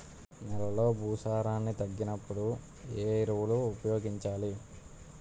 నెలలో భూసారాన్ని తగ్గినప్పుడు, ఏ ఎరువులు ఉపయోగించాలి?